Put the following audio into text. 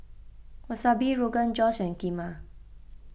Wasabi Rogan Josh and Kheema